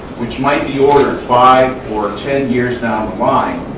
which might be ordered five or ten years down the line,